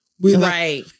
Right